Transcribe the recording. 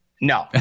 No